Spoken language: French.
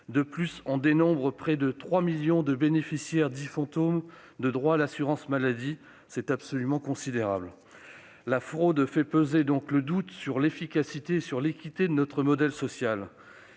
De plus, on dénombre près de 3 millions de bénéficiaires « fantômes » de droits à l'assurance maladie : c'est absolument considérable ! La fraude fait peser le doute sur l'efficacité et sur l'équité de notre modèle social.